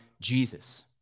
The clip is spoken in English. Jesus